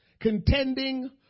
Contending